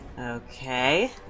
Okay